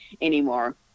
anymore